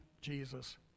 Jesus